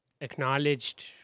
acknowledged